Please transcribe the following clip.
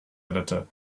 editor